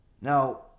Now